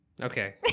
Okay